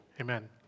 amen